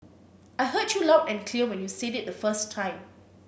I heard you loud and clear when you said it the first time